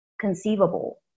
conceivable